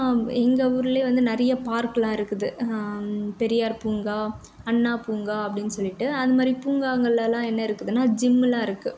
எங்கள் ஊர்லேயே வந்து நிறைய பார்க்குலாம் இருக்குது பெரியார் பூங்கா அண்ணா பூங்கா அப்படின்னு சொல்லிட்டு அந்த மாதிரி பூங்காங்களெல்லாம் என்ன இருக்குதுன்னா ஜிம்முலாம் இருக்குது